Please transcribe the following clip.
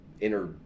inner